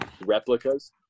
Replicas